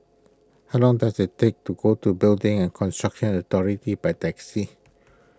how long does it take to go to Building and Construction Authority by taxi